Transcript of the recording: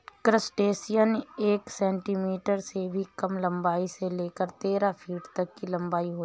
crustacean एक centimetre से भी कम लंबाई से लेकर तेरह फीट तक की लंबाई के होते हैं